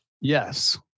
Yes